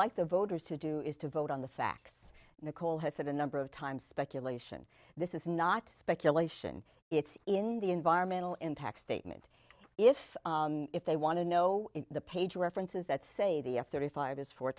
like the voters to do is to vote on the facts nicole has said a number of times speculation this is not speculation it's in the environmental impact statement if if they want to know the page references that say the f thirty five is four